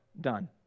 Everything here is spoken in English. done